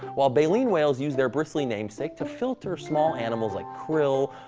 while baleen whales use their bristly namesake to filter small animals like krill,